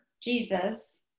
Jesus